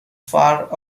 far